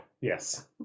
yes